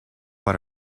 but